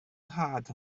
nhad